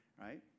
right